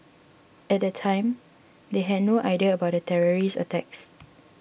at the time they had no idea about the terrorist attacks